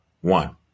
One